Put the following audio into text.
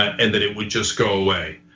and then it would just go away.